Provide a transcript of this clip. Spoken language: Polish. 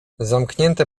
zamknięte